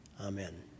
Amen